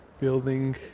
building